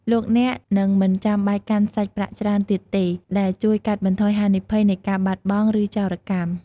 លោកអ្នកនឹងមិនចាំបាច់កាន់សាច់ប្រាក់ច្រើនទៀតទេ ដែលជួយកាត់បន្ថយហានិភ័យនៃការបាត់បង់ ឬចោរកម្ម។